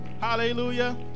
Hallelujah